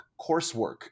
coursework